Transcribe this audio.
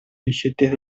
billetes